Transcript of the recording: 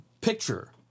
picture